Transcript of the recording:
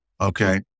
okay